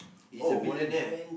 is a billionaire